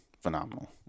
phenomenal